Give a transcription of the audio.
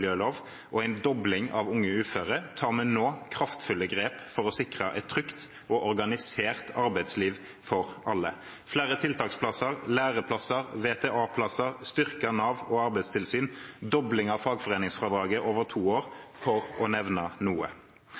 arbeidsmiljølov og en dobling av unge uføre, tar vi nå kraftfulle grep for å sikre et trygt og organisert arbeidsliv for alle: flere tiltaksplasser, læreplasser og VTA-plasser, et styrket Nav og arbeidstilsyn og en dobling av fagforeningsfradraget over to år, for å nevne noe.